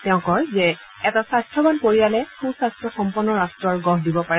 তেওঁ কয় যে এটা স্বাস্থবান পৰিয়ালে সুস্বাস্থসম্পন্ন ৰাষ্ট্ৰ গঢ় দিব পাৰে